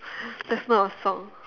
that's not a song